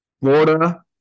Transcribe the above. Florida